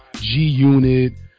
G-Unit